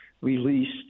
released